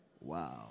Wow